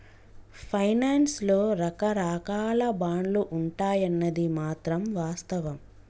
finance లో రకరాకాల బాండ్లు ఉంటాయన్నది మాత్రం వాస్తవం